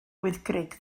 wyddgrug